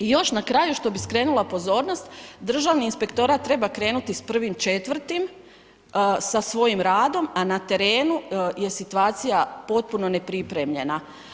I još na kraju što bi skrenula pozornost, Državni inspektorat treba krenuti sa 1. 4. sa svojim radom a na terenu je situacija potpuno neprimljena.